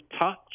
touch